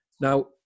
Now